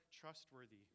trustworthy